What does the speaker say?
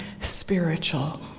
spiritual